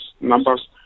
Numbers